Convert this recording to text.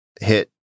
hit